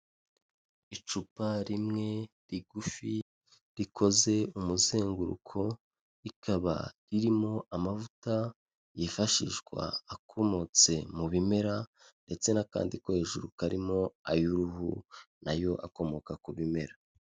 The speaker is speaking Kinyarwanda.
Icupa rimwe rigufi rikoze umuzenguruko, rikaba ririmo amavuta yifashishwa akomotse mu bimera ndetse n'akandi ko hejuru, karimo ay'uruhu na yo akomoka ku bimera.